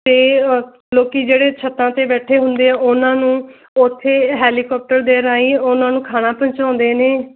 ਅਤੇ ਲੋਕ ਜਿਹੜੇ ਛੱਤਾਂ 'ਤੇ ਬੈਠੇ ਹੁੰਦੇ ਆ ਉਹਨਾਂ ਨੂੰ ਉੱਥੇ ਹੈਲੀਕਾਪਟਰ ਦੇ ਰਾਹੀਂ ਉਹਨਾਂ ਨੂੰ ਖਾਣਾ ਪਹੁੰਚਾਉਂਦੇ ਨੇ